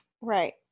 Right